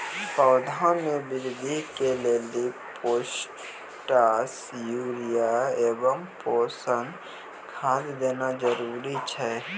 पौधा मे बृद्धि के लेली पोटास यूरिया एवं पोषण खाद देना जरूरी छै?